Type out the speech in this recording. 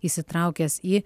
įsitraukęs į